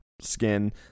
skin